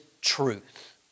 truth